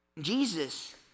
Jesus